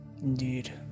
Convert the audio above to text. Indeed